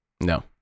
no